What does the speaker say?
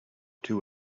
two